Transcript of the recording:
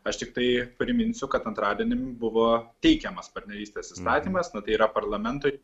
aš tiktai priminsiu kad antradienį buvo teikiamas partnerystės įstatymas nu tai yra parlamento